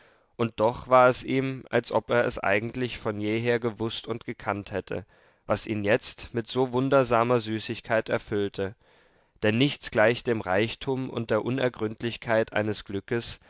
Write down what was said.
und doch war es ihm als ob er es eigentlich von jeher gewußt und gekannt hätte was ihn jetzt mit so wundersamer süßigkeit erfüllte denn nichts gleicht dem reichtum und der unergründlichkeit eines glückes